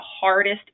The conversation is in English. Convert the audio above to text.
hardest